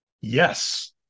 yes